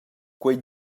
quei